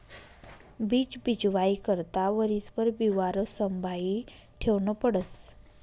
बीज बीजवाई करता वरीसभर बिवारं संभायी ठेवनं पडस